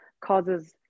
causes